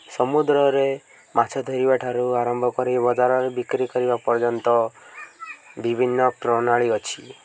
ସମୁଦ୍ରରେ ମାଛ ଧରିବାଠାରୁ ଆରମ୍ଭ କରି ବଜାରରେ ବିକ୍ରି କରିବା ପର୍ଯ୍ୟନ୍ତ ବିଭିନ୍ନ ପ୍ରଣାଳୀ ଅଛି